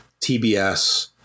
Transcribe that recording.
TBS